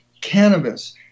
cannabis